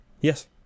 Yes